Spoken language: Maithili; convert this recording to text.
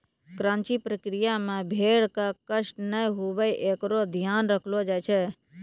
क्रचिंग प्रक्रिया मे भेड़ क कष्ट नै हुये एकरो ध्यान रखलो जाय छै